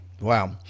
Wow